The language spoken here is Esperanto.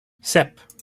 sep